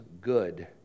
good